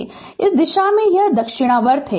यह इस दिशा में दक्षिणावर्त है